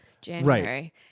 January